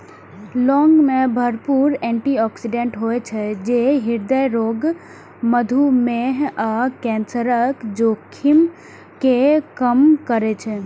लौंग मे भरपूर एटी ऑक्सिडेंट होइ छै, जे हृदय रोग, मधुमेह आ कैंसरक जोखिम कें कम करै छै